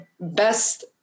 best